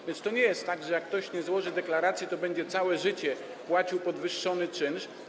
A więc to nie jest tak, że jeżeli ktoś nie złoży deklaracji, to będzie całe życie płacił podwyższony czynsz.